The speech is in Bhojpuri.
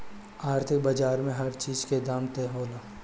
आर्थिक बाजार में हर चीज के दाम तय होला